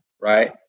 Right